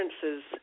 differences